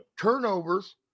Turnovers